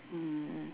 mm mm